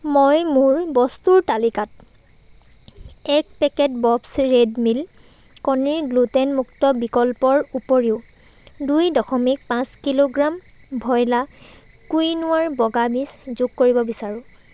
মই মোৰ বস্তুৰ তালিকাত এক পেকেট বব্ছ ৰেড মিল কণীৰ গ্লুটেনমুক্ত বিকল্পৰ উপৰিও দুই দশমিক পাঁচ কিলোগ্ৰাম ভইলা কুইনোৱাৰ বগা বীজ যোগ কৰিব বিচাৰোঁ